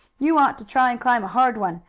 you ought to try and climb a hard one,